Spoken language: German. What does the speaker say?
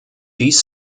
dies